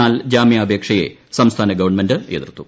എന്നാൽ ജാമ്യാപേക്ഷയെ സംസ്ഥാന ഗവൺമെന്റ് എതിർത്തു